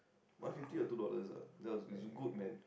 one fifty or two dollars ah that was it's good man